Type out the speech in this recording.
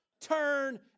turn